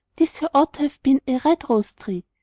this here ought have been a red rose-tree,